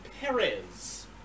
Perez